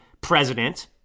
president